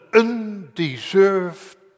undeserved